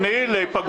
מותנית